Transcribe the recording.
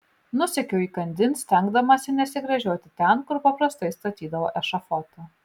nusekiau įkandin stengdamasi nesigręžioti ten kur paprastai statydavo ešafotą